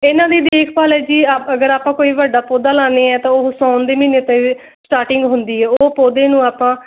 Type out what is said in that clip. ਇਹਨਾਂ ਦੀ ਦੇਖਭਾਲ ਐ ਜੀ ਆ ਅਗਰ ਆਪਾਂ ਕੋਈ ਵੱਡਾ ਪੌਦਾ ਲਾਨੇ ਹਾਂ ਤਾਂ ਉਹ ਸਾਉਣ ਦੇ ਮਹੀਨੇ 'ਤੇ ਸਟਾਰਟਿੰਗ ਹੁੰਦੀ ਹੈ ਉਹ ਪੌਦੇ ਨੂੰ ਆਪਾਂ